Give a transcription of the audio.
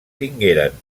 tingueren